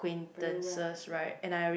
very well ya ya